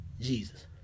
Jesus